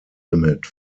limit